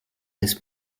this